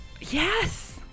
Yes